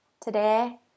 today